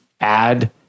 add